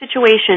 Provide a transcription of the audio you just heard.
situation